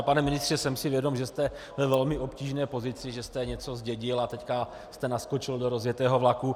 Pane ministře, jsem si vědom, že jste ve velmi obtížné pozici, že jste něco zdědil a teď jste naskočil do rozjetého vlaku.